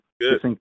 Good